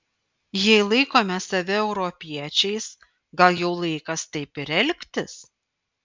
jei laikome save europiečiais gal jau laikas taip ir elgtis